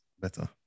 better